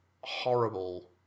horrible